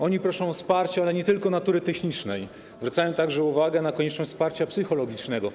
Oni proszą o wsparcie, ale nie tylko natury technicznej, zwracają także uwagę na konieczność wsparcia psychologicznego.